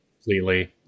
completely